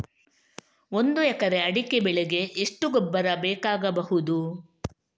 ಒಂದು ಎಕರೆ ಅಡಿಕೆ ಬೆಳೆಗೆ ಎಷ್ಟು ಗೊಬ್ಬರ ಬೇಕಾಗಬಹುದು?